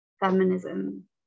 feminism